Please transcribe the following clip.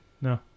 No